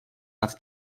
nad